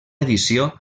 edició